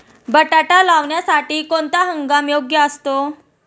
बटाटा लावण्यासाठी कोणता हंगाम योग्य असतो?